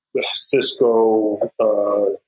Cisco